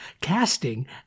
Casting